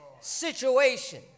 situation